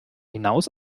hinaus